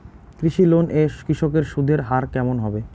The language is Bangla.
কৃষি লোন এ কৃষকদের সুদের হার কেমন হবে?